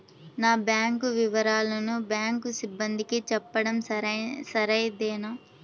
నా బ్యాంకు వివరాలను బ్యాంకు సిబ్బందికి చెప్పడం సరైందేనా?